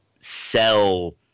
sell